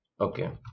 Okay